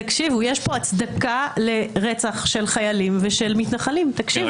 תקשיבו, יש פה הצדקה לרצח של חיילים ושל מתנחלים.